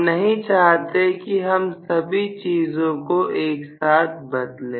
हम नहीं चाहते कि हम सभी चीजों को एक साथ बदले